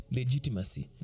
legitimacy